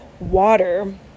water